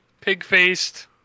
pig-faced